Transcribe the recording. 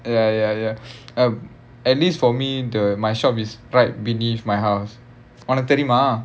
ya ya ya um at least for me the my shop is right beneath my house உனக்கு தெரியுமா:unnakku teriyumaa